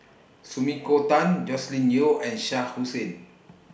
Sumiko Tan Joscelin Yeo and Shah Hussain